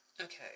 Okay